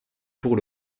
pour